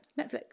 netflix